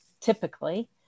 typically